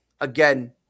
Again